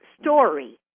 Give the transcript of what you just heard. story